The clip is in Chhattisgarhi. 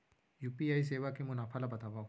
यू.पी.आई सेवा के मुनाफा ल बतावव?